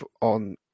on